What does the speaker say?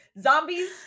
Zombies